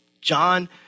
John